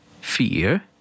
fear